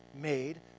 made